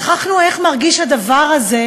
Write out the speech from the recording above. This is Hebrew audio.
שכחנו איך מרגיש הדבר הזה,